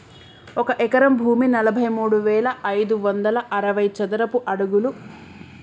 ఒక ఎకరం భూమి నలభై మూడు వేల ఐదు వందల అరవై చదరపు అడుగులు